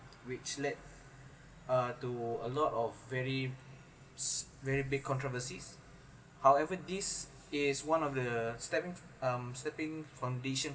which led uh to a lot of very s~ very big controversies however this is one of the starving um slipping foundation